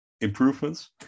improvements